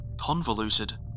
convoluted